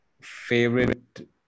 favorite